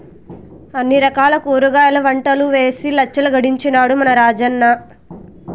అన్ని రకాల కూరగాయల పంటలూ ఏసి లచ్చలు గడించినాడ మన రాజన్న